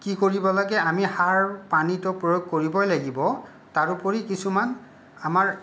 কি কৰিব লাগে আমি সাৰ পানীটো প্ৰয়োগ কৰিবই লাগিব তাৰোপৰি কিছুমান আমাৰ